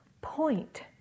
point